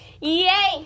Yay